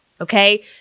okay